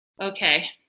Okay